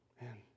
man